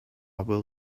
will